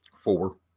Four